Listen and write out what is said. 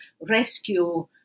rescue